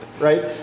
Right